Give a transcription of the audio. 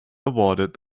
awarded